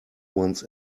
ones